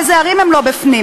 איזה ערים לא בפנים.